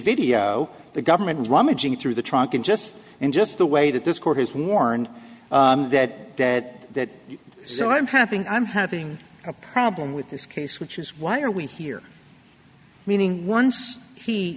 video the government was rummaging through the trunk and just in just the way that this court has worn that that so i'm tapping i'm having a problem with this case which is why are we here meaning once he